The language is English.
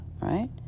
right